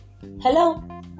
hello